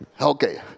Okay